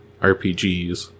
RPGs